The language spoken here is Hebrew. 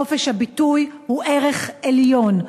חופש הביטוי הוא ערך עליון.